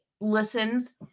listens